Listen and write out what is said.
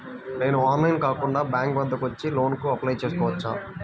నేను ఆన్లైన్లో కాకుండా బ్యాంక్ వద్దకు వచ్చి లోన్ కు అప్లై చేసుకోవచ్చా?